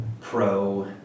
pro